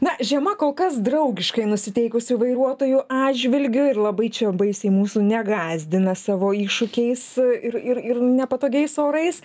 na žiema kol kas draugiškai nusiteikusi vairuotojų atžvilgiu ir labai čia baisiai mūsų negąsdina savo iššūkiais ir ir ir nepatogiais orais